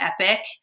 epic